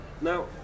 Now